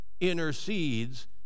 intercedes